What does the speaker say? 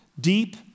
Deep